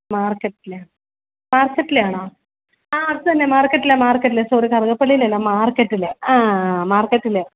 മാർക്കറ്റിലെ മാർക്കറ്റിലെയാണോ ആ അതുതന്നെ മാർക്കറ്റിലെ മാർക്കറ്റിലെ സോറി കറുകപ്പള്ളിയിലെ അല്ല മാർക്കറ്റിലെ ആ ആ മാർക്കറ്റിലെ